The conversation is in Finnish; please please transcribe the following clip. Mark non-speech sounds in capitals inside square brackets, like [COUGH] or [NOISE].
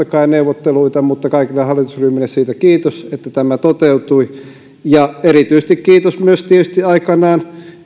[UNINTELLIGIBLE] kai neuvotteluita mutta kaikille hallitusryhmille siitä kiitos että tämä toteutui erityisesti kiitos tietysti sosiaalidemokraateissa